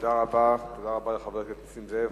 תודה רבה לחבר הכנסת נסים זאב.